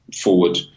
forward